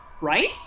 Right